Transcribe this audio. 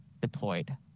deployed